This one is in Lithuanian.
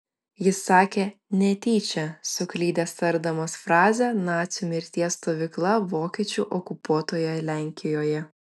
jis sakė netyčia suklydęs tardamas frazę nacių mirties stovykla vokiečių okupuotoje lenkijoje